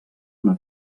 una